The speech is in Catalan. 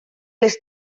les